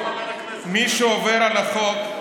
מי שעובר על החוק,